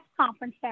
conference